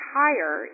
higher